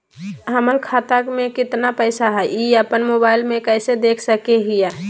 हमर खाता में केतना पैसा हई, ई अपन मोबाईल में कैसे देख सके हियई?